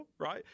right